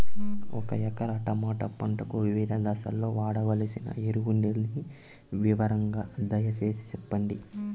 ఒక ఎకరా టమోటా పంటకు వివిధ దశల్లో వాడవలసిన ఎరువులని వివరంగా దయ సేసి చెప్పండి?